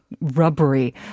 rubbery